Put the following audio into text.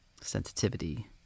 sensitivity